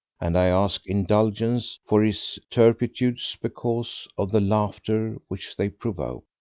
and i ask indulgence for his turpitudes because of the laughter which they provoke.